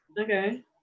Okay